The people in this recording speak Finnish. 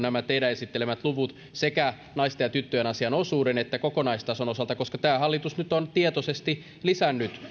nämä teidän esittelemänne luvut nyt ensi vuoden osalta sekä naisten ja tyttöjen asian osuuden että kokonaistason osalta koska tämä hallitus nyt on tietoisesti lisännyt